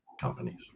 companies